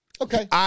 Okay